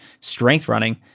strengthrunning